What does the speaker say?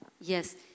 yes